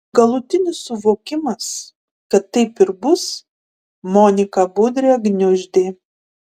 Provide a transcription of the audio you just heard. galutinis suvokimas kad taip ir bus moniką budrę gniuždė